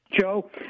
Joe